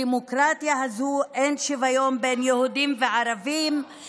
בדמוקרטיה הזו אין שוויון בין יהודים לערבים,